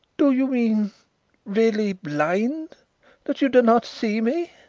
do you mean really blind that you do not see me?